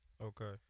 okay